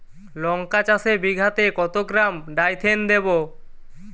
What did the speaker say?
লঙ্কা চাষে বিঘাতে কত গ্রাম ডাইথেন দেবো?